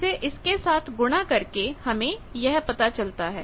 जिसे इसके साथ गुणा करके हमें यह पता चल जाता है